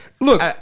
look